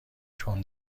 چون